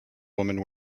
woman